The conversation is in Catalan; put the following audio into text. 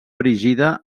erigida